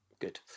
Good